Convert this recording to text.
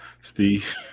Steve